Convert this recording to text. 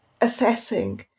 assessing